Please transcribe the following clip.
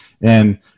And-